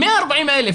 140,000,